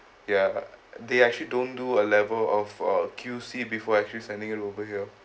ya they actually don't do a level of uh Q_C before actually sending it over here